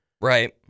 Right